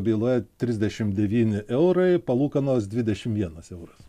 byloje trisdešim devyni eurai palūkanos dvidešim vienas euras